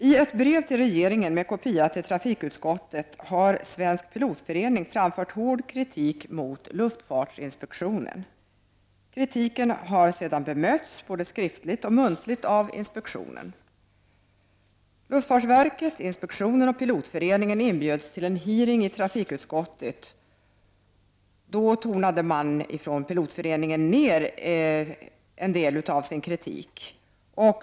I ett brev till regeringen med kopia till trafikutskottet har Svensk pilotförening framfört hård kritik mot luftfartsinspektionen. Kritiken har sedan bemötts såväl skriftligt som muntligt av inspektionen. Luftfartsverket, luftfartsinspektionen och pilotföreningen inbjöds till en hearing i trafikutskottet. Då tonade Pilotföreningen ned en del av sin kritik.